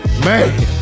Man